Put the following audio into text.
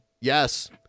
Yes